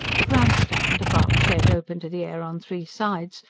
the grand stand, a bark shed open to the air on three sides,